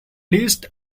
least